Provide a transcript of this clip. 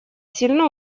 сильно